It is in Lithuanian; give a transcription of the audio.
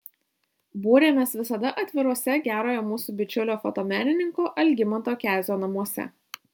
būrėmės visada atviruose gerojo mūsų bičiulio fotomenininko algimanto kezio namuose